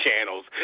channels